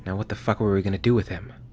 and what the fuck are we going to do with him?